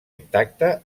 intacta